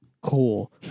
Cool